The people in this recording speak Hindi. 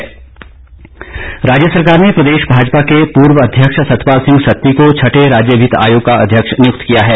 केबिनेट रैंक राज्य सरकार ने प्रदेश भाजपा के पूर्व अध्यक्ष सतपाल सिंह सत्ती को छठे राज्य वित्त आयोग का अध्यक्ष नियुक्त किया है